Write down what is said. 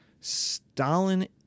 Stalin